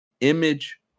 image